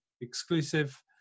exclusive